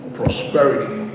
prosperity